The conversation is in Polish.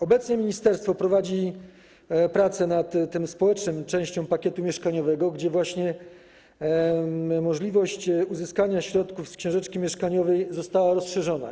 Obecnie ministerstwo prowadzi prace nad społeczną częścią pakietu mieszkaniowego, gdzie możliwość uzyskania środków z książeczki mieszkaniowej została rozszerzona.